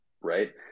right